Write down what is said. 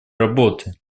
работы